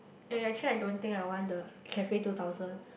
eh actually I don't think I want the cafe two thousand